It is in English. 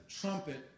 trumpet